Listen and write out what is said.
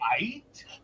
Right